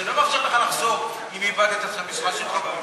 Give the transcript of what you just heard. זה לא מאפשר לך לחזור אם איבדת את המשרה שלך בממשלה.